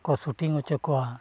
ᱠᱚ ᱥᱩᱴᱤᱝ ᱦᱚᱪᱚ ᱠᱚᱣᱟ